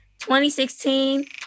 2016